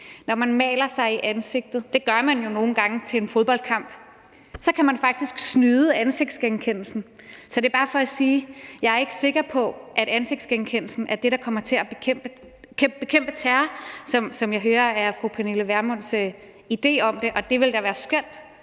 Når man maler sig i ansigtet, hvilket man jo nogle gange gør til en fodboldkamp, kan man faktisk snyde ansigtsgenkendelsen. Så det er bare for at sige, at jeg ikke er sikker på, at ansigtsgenkendelsen er det, der kommer til at bekæmpe terror, som jeg hører er fru Pernille Vermunds idé om det. Det ville da være skønt,